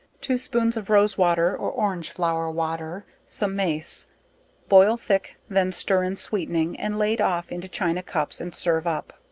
two spoons of rose-water, or orange flower water, some mace boil thick, then stir in sweetening, and lade off into china cups, and serve up.